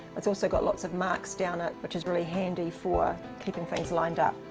it's also got lots of marks down it which is really handy for keeping things lined up,